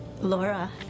Laura